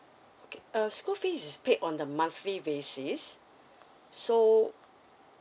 okay uh school fee is paid on the monthly basis so